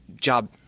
job